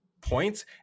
points